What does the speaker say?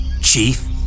Chief